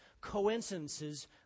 coincidences